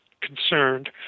concerned